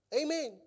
Amen